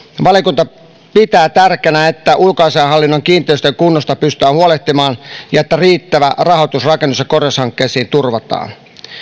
valiokunta pitää tärkeänä että ulkoasiainhallinnon kiinteistöjen kunnosta pystytään huolehtimaan ja että riittävä rahoitus rakennus ja korjaushankkeisiin turvataan